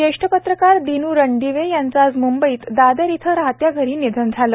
ज्येष्ठ पत्रकार दिनू रणदिवे यांचं आज म्ंबईत दादर इथं राहत्या घरी निधन झालं